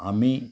आम्ही